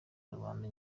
rubanda